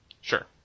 sure